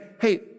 hey